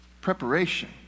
preparation